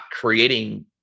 creating